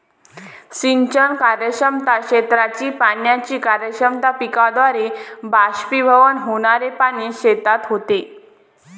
सिंचन कार्यक्षमता, क्षेत्राची पाण्याची कार्यक्षमता, पिकाद्वारे बाष्पीभवन होणारे पाणी शेतात होते